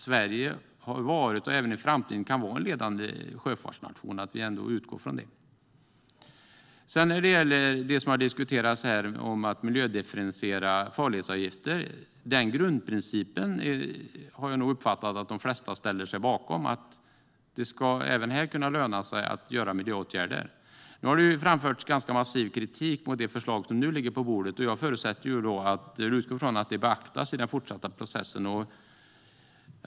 Sverige har varit - och kan även i framtiden vara - en ledande sjöfartsnation. Det måste vi utgå från. När det gäller att miljödifferentiera farledsavgifter, vilket har diskuterats här, har jag uppfattat det som att de flesta ställer sig bakom grundprincipen att miljöåtgärder ska kunna löna sig även här. Det har framförts ganska massiv kritik mot det förslag som nu ligger på bordet. Jag utgår från att det beaktas i den fortsatta processen.